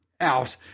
Out